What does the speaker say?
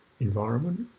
environment